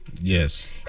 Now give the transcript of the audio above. Yes